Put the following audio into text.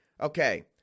Okay